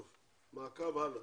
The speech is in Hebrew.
מעקב הלאה,